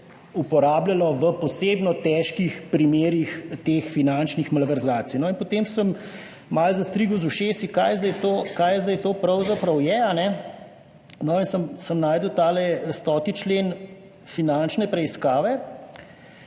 uporabljalo v posebno težkih primerih teh finančnih malverzacij. Potem sem malo zastrigel z ušesi, kaj zdaj to pravzaprav je in sem našel tale 100. člen o finančni preiskavi.